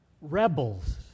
rebels